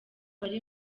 bari